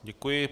Děkuji.